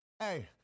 Hey